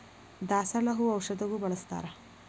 ದಾಸಾಳ ಹೂ ಔಷಧಗು ಬಳ್ಸತಾರ